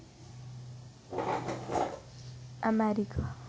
America